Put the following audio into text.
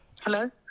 Hello